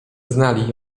znali